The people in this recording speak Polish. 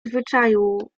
zwyczaju